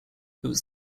was